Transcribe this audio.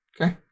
Okay